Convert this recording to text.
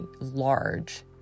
large